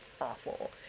awful